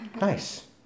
Nice